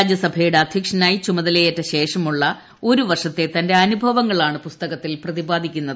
രാജ്യസഭയുടെ അധ്യക്ഷനായി ചുമതലയേറ്റ ശേഷമുള്ള ഒരു വർഷത്തെ തന്റെ അനുഭവങ്ങളാണ്പുസ്തകത്തിൽ പ്രതിപാദിക്കുന്നത്